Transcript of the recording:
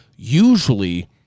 usually